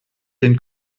den